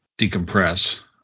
decompress